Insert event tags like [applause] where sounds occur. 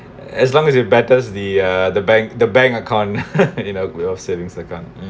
as long as you batters the uh the bank the bank account [laughs] in your your savings account